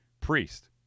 priest